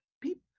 people